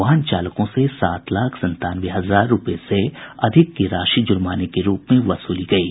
वाहन चालकों से सात लाख संतानवे हजार रूपये से अधिक की राशि जुर्माने के रूप में वसूली गयी